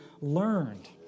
learned